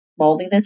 moldiness